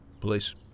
Police